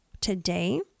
today